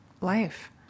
life